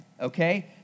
okay